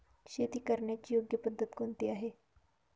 शेती करण्याची योग्य पद्धत कोणती आहे?